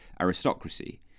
aristocracy